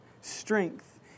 strength